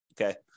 Okay